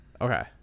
Okay